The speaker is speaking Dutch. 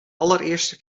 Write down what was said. allereerste